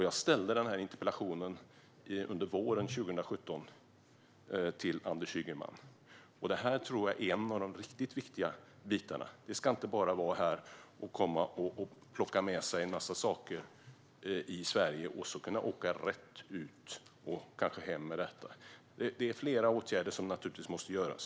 Jag ställde våren 2017 en interpellation om detta till Anders Ygeman. Det här tror jag är en av de riktigt viktiga bitarna. Det ska inte bara vara att komma till Sverige och plocka med sig en massa saker och sedan kunna åka rätt ut och kanske hem med detta. Det är naturligtvis flera åtgärder som måste vidtas.